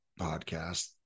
podcast